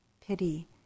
pity